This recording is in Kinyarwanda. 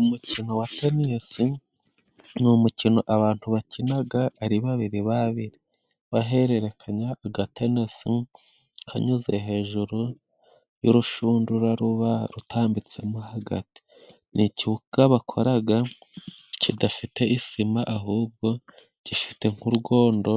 Umukino wa tenisi ni umukino abantu bakinaga ari babiri babiri bahererekanya agatenasi kanyuze hejuru y'urushundura ruba rutambitsemo hagati. Ni ikibuga bakoraga kidafite isima ahubwo gifite nk'urwondo